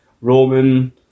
Roman